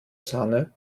sahne